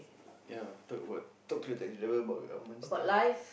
ya third word talk to the taxi driver about government stuff